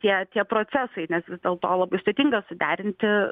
tie tie procesai nes vis dėlto labai sudėtinga suderinti